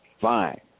Fine